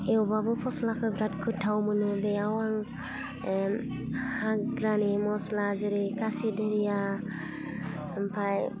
एवबाबो फस्लाखौ बिराद गोथाव मोनो बेयाव आं हाग्रानि मस्ला जेरै खासि धोनिया ओमफाय